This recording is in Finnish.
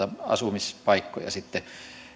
asumispaikkoja sitten